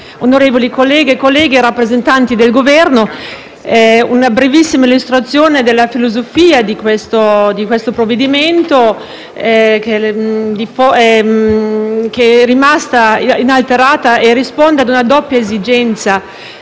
onorevoli colleghi, rappresentanti del Governo, faccio una brevissima illustrazione sulla filosofia di questo provvedimento che è rimasta inalterata e risponde a una duplice esigenza.